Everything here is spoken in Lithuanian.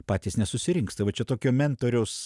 patys nesusirinks tai va čia tokio mentoriaus